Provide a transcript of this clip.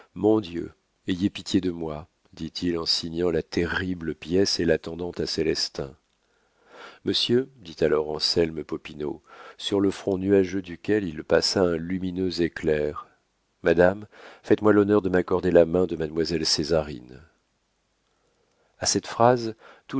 mon dieu ayez pitié de moi dit-il en signant la terrible pièce et la tendant à célestin monsieur dit alors anselme popinot sur le front nuageux duquel il passa un lumineux éclair madame faites-moi l'honneur de m'accorder la main de mademoiselle césarine a cette phrase